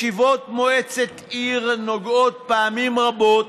ישיבות מועצת עיר נוגעות פעמים רבות